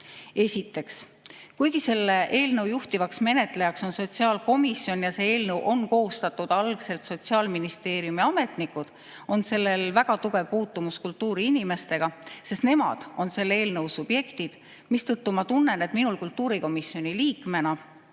Esiteks, kuigi selle eelnõu juhtivaks menetlejaks on sotsiaalkomisjon ja selle eelnõu on koostanud algselt Sotsiaalministeeriumi ametnikud, on sellel väga tugev puutumus kultuuriinimestega, sest nemad on selle eelnõu subjektid, mistõttu ma tunnen, et minul kultuurikomisjoni liikmena